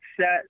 set